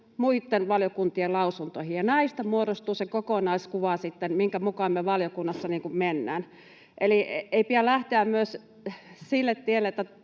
muitten valiokuntien lausuntoihin, ja näistä muodostuu se kokonaiskuva sitten, minkä mukaan me valiokunnassa mennään. Eli ei pidä lähteä sille tielle, että